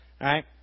right